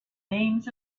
names